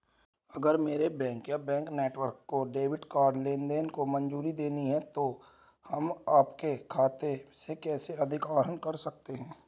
अगर मेरे बैंक या बैंक नेटवर्क को डेबिट कार्ड लेनदेन को मंजूरी देनी है तो हम आपके खाते से कैसे अधिक आहरण कर सकते हैं?